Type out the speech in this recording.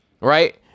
Right